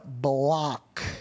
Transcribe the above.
block